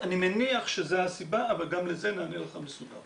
אני מניח שזה הסיבה אבל גם לזה נענה לך מסודר.